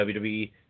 WWE